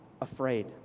afraid